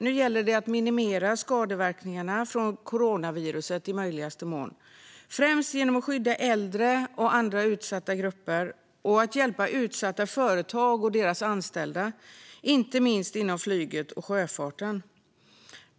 Nu gäller det att minimera skadeverkningarna från coronaviruset i möjligaste mån, främst genom att skydda äldre och andra utsatta grupper och att hjälpa utsatta företag och deras anställda, inte minst inom flyget och sjöfarten.